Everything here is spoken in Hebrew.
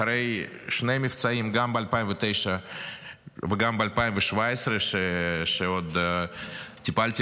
אחרי שני מבצעים גם ב-2009 וגם ב-2017 כשעוד טיפלתי